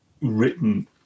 written